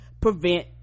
prevent